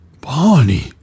Barney